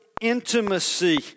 intimacy